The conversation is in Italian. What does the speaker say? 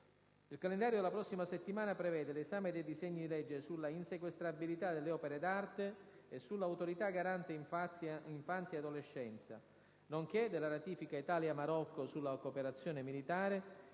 Il calendario della prossima settimana prevede 1'esame dei disegni di legge sulla insequestrabilità delle opere d'arte e sull'Autorità garante per l'infanzia e l'adolescenza, nonché della ratifica Italia-Marocco sulla cooperazione militare